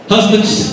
Husband's